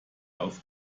auf